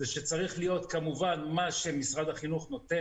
צריך להיות כמובן מה שמשרד החינוך נותן